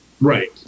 Right